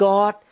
God